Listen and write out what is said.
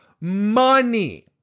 money